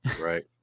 right